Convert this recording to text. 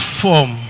form